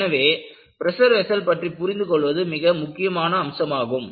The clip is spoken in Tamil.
எனவேபிரஷர் வெஸ்ஸல் பற்றி புரிந்து கொள்வது மிக முக்கியமான அம்சமாகும்